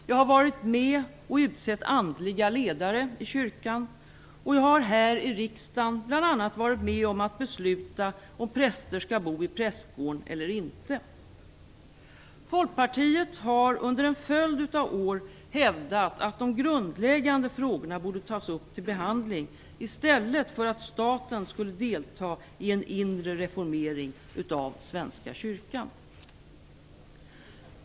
Jag har varit med om att utse andliga ledare i kyrkan. Här i riksdagen har jag bl.a. varit med om att besluta om huruvida präster skall bo i prästgård eller inte. Folkpartiet har under en följd av år hävdat att de grundläggande frågorna borde tas upp till behandling i stället för att staten skulle delta i en inre reformering av Svenska kyrkan.